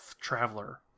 Traveler